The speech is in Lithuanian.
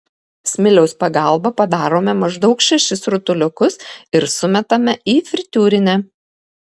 smiliaus pagalba padarome maždaug šešis rutuliukus ir sumetame į fritiūrinę